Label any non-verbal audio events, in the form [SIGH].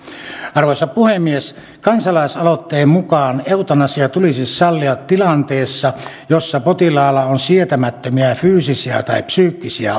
arvoisa puhemies kansalaisaloitteen mukaan eutanasia tulisi sallia tilanteessa jossa potilaalla on sietämättömiä fyysisiä tai psyykkisiä [UNINTELLIGIBLE]